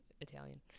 Italian